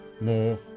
more